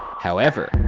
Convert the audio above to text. however,